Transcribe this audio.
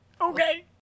Okay